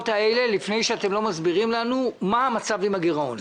האלה לפני שאתם מסבירים לנו מה המצב של הגירעון?